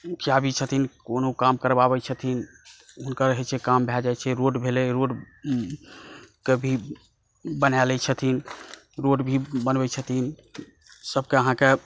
मुखिआ भी छथिन कोनो काम करवावै छथिन हुनकर होइ छै काम भए जाइ छै रोड के भी बनाए लै छथिन रोड भी बनबै छथिन सभकेँ अहाँकेँ